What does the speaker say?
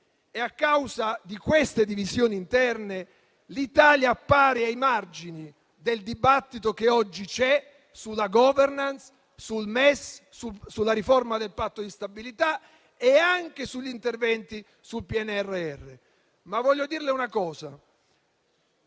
e, a causa di queste divisioni interne, l'Italia appare ai margini del dibattito che oggi è in atto sulla *governance*, sul MES, sulla riforma del Patto di stabilità e anche sugli interventi del PNRR. Ma voglio dirle una cosa,